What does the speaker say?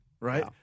Right